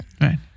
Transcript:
Right